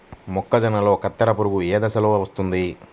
మొక్కజొన్నలో కత్తెర పురుగు ఏ దశలో వస్తుంది?